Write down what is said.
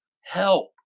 help